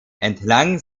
entlang